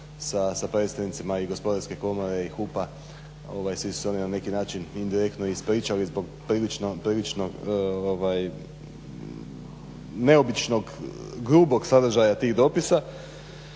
sa predstavnicima i Gospodarske komore i HUP-a svi su se oni na neki način indirektno ispričali zbog prilično neobičnog grubog sadržaja tih dopisa